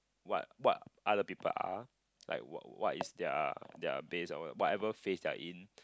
what what other people are like what what is their their base or whatever phase they're in